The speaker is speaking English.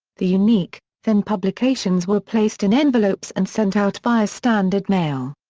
the unique, thin publications were placed in envelopes and sent out via standard mail.